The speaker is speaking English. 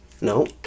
no